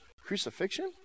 crucifixion